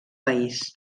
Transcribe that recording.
país